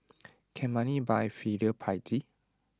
can money buy filial piety